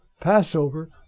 Passover